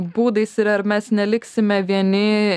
būdais ir ar mes neliksime vieni